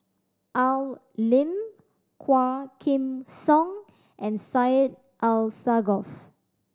Al Lim Quah Kim Song and Syed Alsagoff